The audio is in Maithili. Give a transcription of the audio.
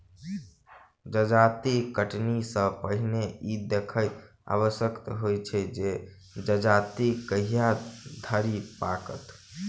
जजाति कटनी सॅ पहिने ई देखब आवश्यक होइत छै जे जजाति कहिया धरि पाकत